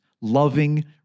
loving